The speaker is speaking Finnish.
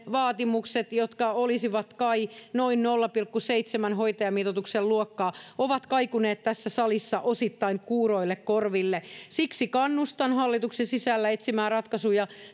vaatimukset neljästätuhannesta joka olisi kai noin nolla pilkku seitsemän hoitajamitoituksen luokkaa ovat kaikuneet tässä salissa osittain kuuroille korville siksi kannustan hallituksen sisällä etsimään ratkaisuja